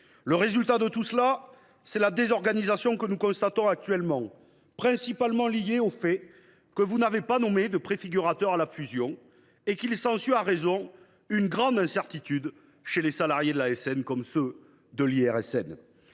Le résultat, c’est la désorganisation que nous constatons actuellement, principalement liée au fait que vous n’avez pas nommé de préfigurateur à la fusion et qu’il s’ensuit une grande incertitude, justifiée, chez les salariés de l’ASN comme de l’IRSN.